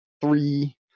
three